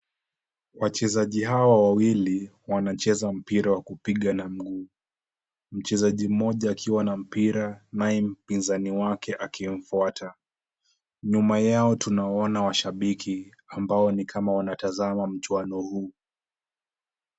Wachezaji hawa wawili wanacheza mpira wa kupiga na mguu, mchezaji mmoja akiwa na mpira naye mpinzani wake akimfuata. Nyuma yao tunaona washabiki ambao ni kama wanatazama mchuano huu.